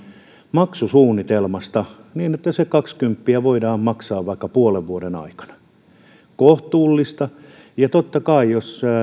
maksusuunnitelmasta niin että se kaksikymppiä voidaan maksaa vaikka puolen vuoden aikana on kohtuullista ja totta kai jos